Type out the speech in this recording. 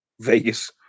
Vegas